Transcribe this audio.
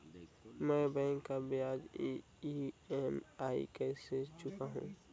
मैं बैंक ला ब्याज ई.एम.आई कइसे चुकाहू?